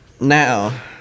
Now